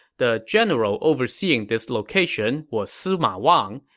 the general overseeing this location was sima wang,